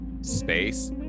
space